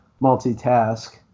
multitask